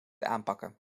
aanpakken